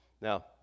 Now